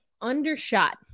undershot